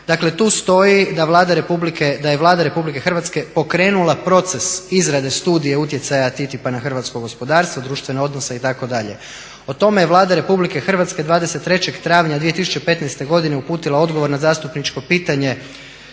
Dakle, tu stoji da je Vlada Republike Hrvatske pokrenula proces izrade studije utjecaja TTIP-a na hrvatsko gospodarstvo, društvene odnose itd. O tome je Vlada RH 23. travnja 2015. godine uputila odgovor na zastupničko pitanje